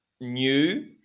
new